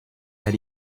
that